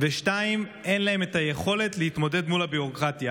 2. אין להם את היכולת להתמודד מול הביורוקרטיה.